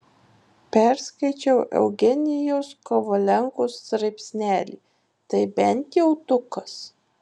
perskaičiau eugenijaus kovalenkos straipsnelį tai bent jautukas